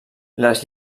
les